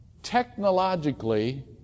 technologically